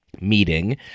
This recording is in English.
meeting